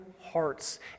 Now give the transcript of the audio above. hearts